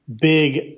big